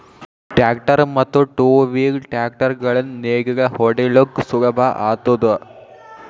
tractor ಮತ್ತ್ two wheel tractor ಗಳಿಂದ್ ನೇಗಿಲ ಹೊಡಿಲುಕ್ ಸುಲಭ ಆತುದ